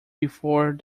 before